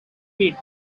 pit